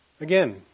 Again